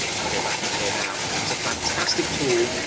if i go back to here now, it's a fantastic tool.